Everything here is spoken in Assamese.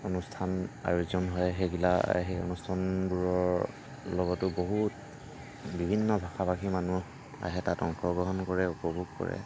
অনুষ্ঠান আয়োজন হয় সেইবিলাক সেই অনুষ্ঠানবোৰৰ লগতো বহুত বিভিন্ন ভাষা ভাষী মানুহ আহে তাত অংশগ্ৰহণ কৰে উপভোগ কৰে